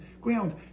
ground